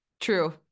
True